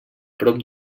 prop